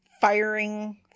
firing